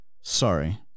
Sorry